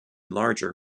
larger